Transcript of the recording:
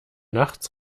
nachts